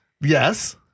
Yes